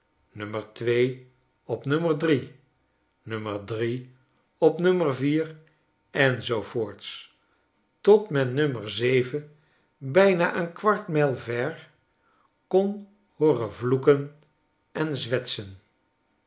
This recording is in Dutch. nu op en zoo voorts totdat men nu bijna een kwart mijl ver kon hooren vloeken en zwetsen